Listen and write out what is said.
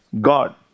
God